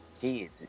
kids